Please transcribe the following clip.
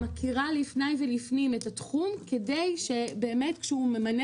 שמכירה לפניי ולפנים את התחום כדי שבאמת כשהוא ממנה